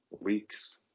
weeks